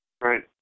right